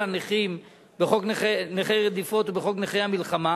הנכים בחוק נכי רדיפות הנאצים ובחוק נכי המלחמה,